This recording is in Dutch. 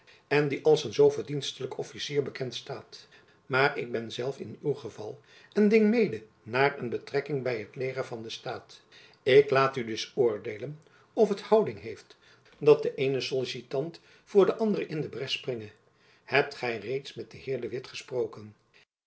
en die als een zoo verdienstelijk officier bekend staat maar ik ben zelf in uw geval en ding mede naar een betrekking by het leger van den staat ik laat u dus oordeelen of het houding heeft dat de eene sollicitant voor den anderen in de bres springe hebt gy reeds met den heer de witt gesproken